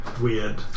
weird